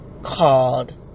called